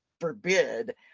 forbid